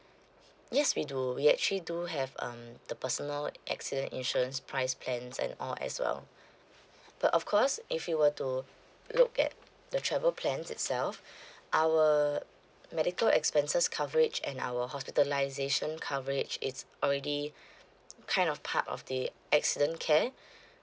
yes we do we actually do have um the personal accident insurance price plans and all as well but of course if you were to look at the travel plans itself our medical expenses coverage and our hospitalization coverage it's already kind of part of the accident care